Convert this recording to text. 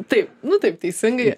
taip nu taip teisingai